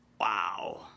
Wow